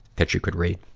that you could read.